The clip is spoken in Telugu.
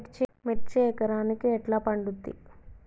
మిర్చి ఎకరానికి ఎట్లా పండుద్ధి?